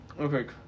Okay